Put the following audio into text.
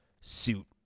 suit